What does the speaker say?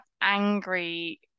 angry